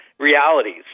realities